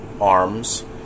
arms